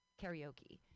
karaoke